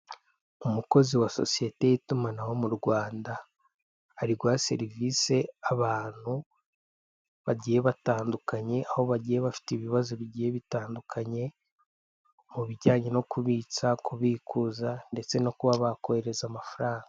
Umukozi wa sosiyete y'itumanaho mu Rwanda ari guha serivise abantu bagiye batandukanye, aho bagiye bafite ibabazo bigiye bitandukanye mu bijyanye no kubitsa, kubikuza ndetse no kuba bakohereza amafaranga.